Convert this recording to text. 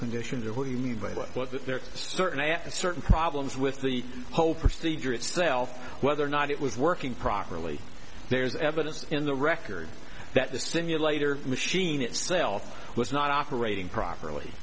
conditions or what you mean by what it was that there are certain at a certain problems with the whole procedure itself whether or not it was working properly there is evidence in the record that the simulator machine itself was not operating properly